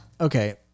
Okay